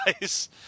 guys